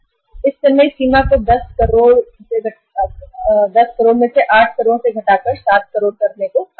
इस समय सीमा को 10 करोड़ से घटाकर 7 या 8 करोड़ करने को कहा गया है